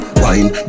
wine